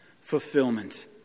fulfillment